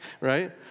Right